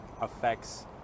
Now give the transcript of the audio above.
affects